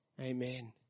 Amen